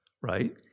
Right